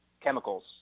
chemicals